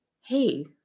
hey